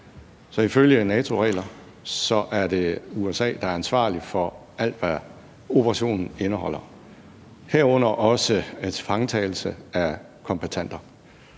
det ifølge NATO-regler USA, der er ansvarlig for alt, hvad operationen indeholder, herunder også tilfangetagelse af kombattanter.